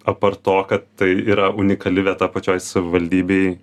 apart to kad tai yra unikali vieta pačioj savivaldybėj